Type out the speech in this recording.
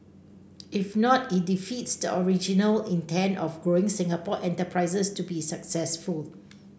if not it defeats the original intent of growing Singapore enterprises to be successful